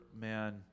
man